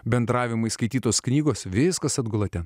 bendravimui skaitytos knygos viskas atgula ten